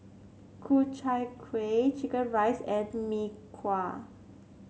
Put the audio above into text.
Ku Chai Kueh chicken rice and Mee Kuah